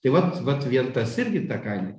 tai vat vat vien tas irgi ta kaina